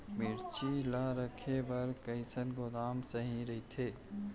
मिरचा ला रखे बर कईसना गोदाम सही रइथे?